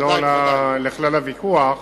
ולא לכלל הוויכוח.